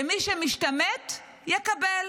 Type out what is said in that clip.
שמי שמשתמט יקבל.